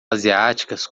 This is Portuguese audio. asiáticas